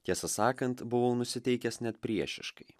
tiesą sakant buvau nusiteikęs net priešiškai